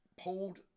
pulled